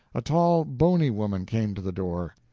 a tall, bony woman came to the door.